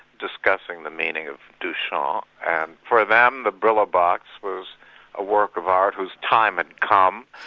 discussing the meaning of duchamps, and for them, the brillo box was a work of art whose time had come,